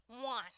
one